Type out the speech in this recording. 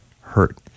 hurt